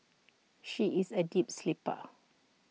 she is A deep sleeper